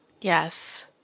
Yes